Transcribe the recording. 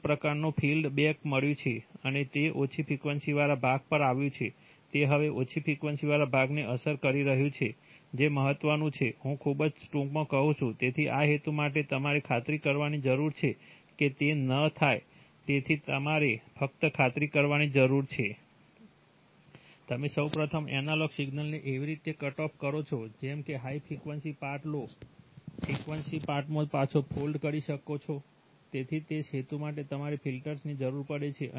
એક પ્રકારનું fold back મળ્યું છે અને તે ઓછી ફ્રીક્વન્સીવાળા ભાગ પર આવ્યું છે તે હવે ઓછી ફ્રીક્વન્સીવાળા ભાગને અસર કરી રહ્યું છે જે મહત્ત્વનું છે હું ખૂબ જ ટૂંકમાં કહું છું તેથી આ હેતુ માટે તમારે ખાતરી કરવાની જરૂર છે કે તે ન થાય તેથી તમારે ફક્ત ખાતરી કરવાની જરૂર છે તમે સૌ પ્રથમ એનાલોગ સિગ્નલને એવી રીતે કટઓફ કરો છો જેમ કે high frequency part low frequency પાર્ટમાં પાછો ફોલ્ડ કરી શકતો નથી તેથી તે હેતુ માટે તમારે ફિલ્ટર્સની જરૂર પડે છે